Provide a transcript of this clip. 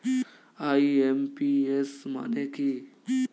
IMPS মানে কি?